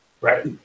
Right